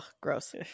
gross